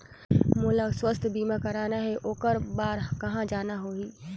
मोला स्वास्थ बीमा कराना हे ओकर बार कहा जाना होही?